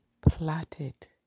plotted